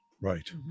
right